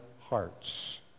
hearts